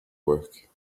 work